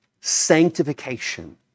sanctification